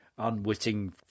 Unwitting